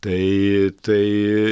tai tai